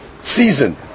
season